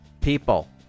People